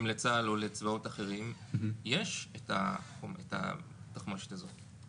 לצה"ל או לצבאות אחרים יש את התחמושת הזאת.